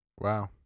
Wow